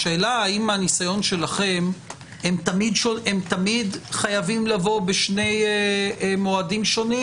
השאלה האם מהניסיון שלכם הם תמיד חייבים לבוא בשני מועדים שונים,